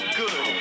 good